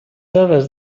dades